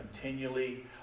continually